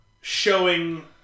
showing